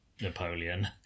napoleon